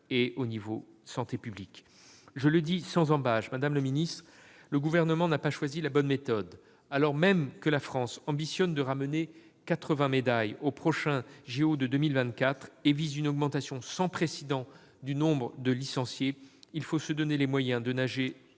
Je le dis sans ambages, madame la ministre, le Gouvernement n'a pas choisi la bonne méthode. Alors même que la France ambitionne de ramener quatre-vingts médailles des prochains jeux Olympiques de 2024 et vise une augmentation sans précédent du nombre de licenciés, il faut se donner les moyens de nager dans